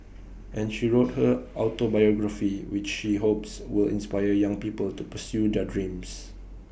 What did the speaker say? and she wrote her autobiography which she hopes will inspire young people to pursue their dreams